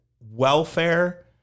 welfare